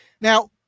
Now